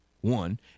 one